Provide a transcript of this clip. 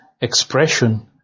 expression